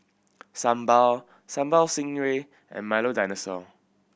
sambal Sambal Stingray and Milo Dinosaur